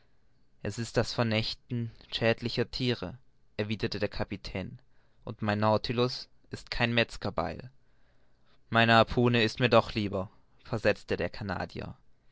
es ist ein vernichten schädlicher thiere erwiderte der kapitän und mein nautilus ist kein metzgerbeil meine harpune ist mir doch lieber versetzte der